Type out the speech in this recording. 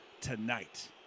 tonight